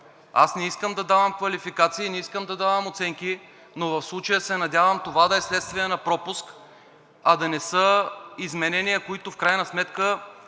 Не искам да давам квалификации, не искам да давам оценки, но в случая се надявам това да е вследствие на пропуск, а да не са изменения, които в крайна сметка